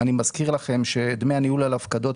אני מזכיר לכם שדמי הניהול על הפקדות,